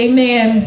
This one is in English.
Amen